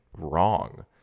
Wrong